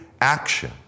action